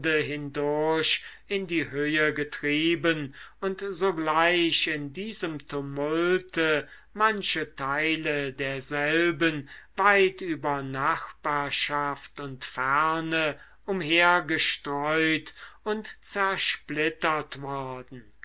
hindurch in die höhe getrieben und zugleich in diesem tumulte manche teile derselben weit über nachbarschaft und ferne umhergestreut und zersplittert worden